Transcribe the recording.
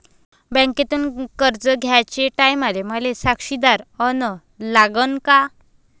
बँकेतून कर्ज घ्याचे टायमाले मले साक्षीदार अन लागन का?